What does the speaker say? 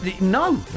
No